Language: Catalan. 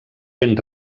ben